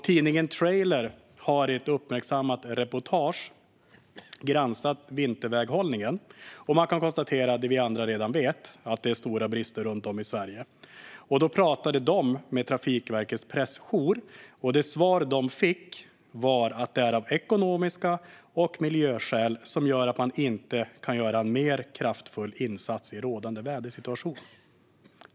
Tidningen Trailer har i ett uppmärksammat reportage granskat vinterväghållningen och konstaterat det vi andra redan vet, nämligen att det är stora brister runt om i Sverige. Då pratade de med Trafikverkets pressjour. Det svar de fick var att det är av ekonomiska skäl och miljöskäl som man inte kan göra en mer kraftfull insats i rådande vädersituation.